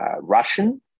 Russian